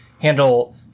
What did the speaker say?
handle